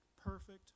perfect